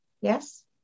Yes